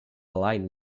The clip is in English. line